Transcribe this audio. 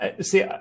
See